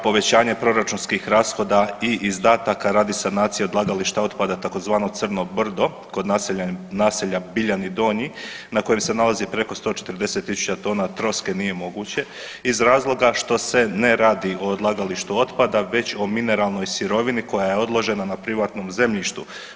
Povećanje proračunskih rashoda i izdataka radi sanacije odlagališta otpada tzv. Crno brdo kod naselja Biljani Donji na kojem se nalazi preko 140.000 troske nije moguće iz razloga što se ne radi o odlagalištu otpada već o mineralnoj sirovini koja je odložena na privatnom zemljištu.